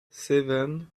seven